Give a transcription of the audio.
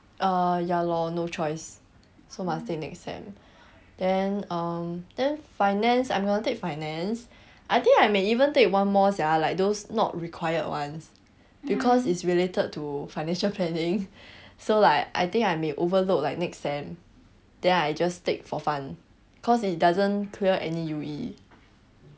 uh ya lor no choice so must take next sem then um then finance I am gonna take finance I think I may even take one more sia like those not required ones because it's related to financial planning so like I think I may overload like next sem then I just take for fun cause it doesn't clear any U_E